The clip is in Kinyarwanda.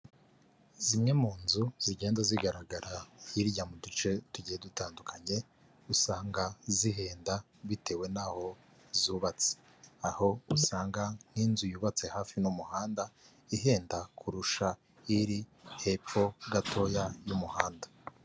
Zimwe mu nzu zigenda zigaragara hirya mu duce tugiye dutandukanye, usanga zihenda bitewe n'aho zubatse, aho usanga nk'inzu yubatse hafi n'umuhanda ihenda kurusha iri hepfo gatoya y'umuhanda.